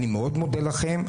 אני מאוד מודה לכם.